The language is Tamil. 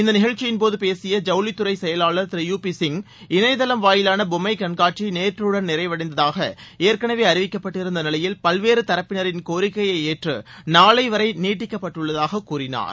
இந்த நிகழ்ச்சியின் போது பேசிய ஜவுளித்துறை செயலாளர் திரு யு பி சின்ஹா இணையதளம் வாயிலான பொம்ஸம கண்காட்சி நேற்றுடன் நிறைவடைவதாக ஏற்கனவே அறிவிக்கப்பட்டிருந்த நிலையில் பல்வேறு தரப்பினரின் கோரிக்கையை ஏற்று நாளை வரை நீடிக்கப்பட்டுள்ளதாக கூறினார்